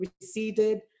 receded